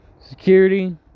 security